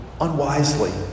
unwisely